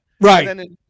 Right